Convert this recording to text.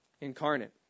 incarnate